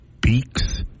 beaks